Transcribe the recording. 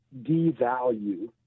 devalue